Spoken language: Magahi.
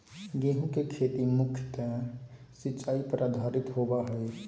गेहूँ के खेती मुख्यत सिंचाई पर आधारित होबा हइ